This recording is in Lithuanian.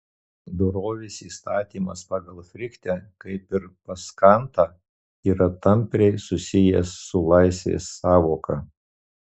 dorovės įstatymas pas fichtę kaip ir pas kantą yra tampriai susijęs su laisvės sąvoka